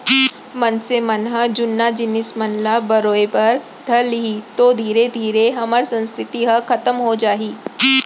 मनसे मन ह जुन्ना जिनिस मन ल बरोय बर धर लिही तौ धीरे धीरे हमर संस्कृति ह खतम हो जाही